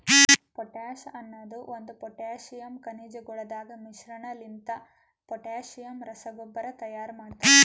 potash ಅನದ್ ಒಂದು potassium ಖನಿಜಗೊಳದಾಗ್ ಮಿಶ್ರಣಲಿಂತ ಪೊಟ್ಯಾಸಿಯಮ್ ರಸಗೊಬ್ಬರ ತೈಯಾರ್ ಮಾಡ್ತರ